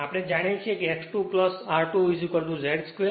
આપણે જાણીએ છીએ કે X2 R2 Z 2